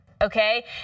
Okay